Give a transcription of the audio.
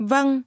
Vâng